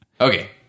Okay